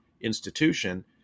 institution